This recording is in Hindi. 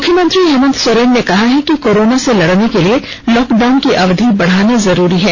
मुख्यमंत्री हेमन्त सोरेन ने कहा कि कोरोना से लड़ने के लिए लॉकडाउन की अवधि बढ़ना जरूरी है